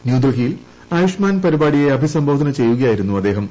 ന്യൂഡൽഹിയിൽ ആയുഷ്മാൻ പരിപാടിയെ അഭിസംബോധന ചെയ്യുകയായിരുന്നു അദ്ദേഹം